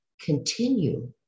Continue